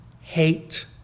hate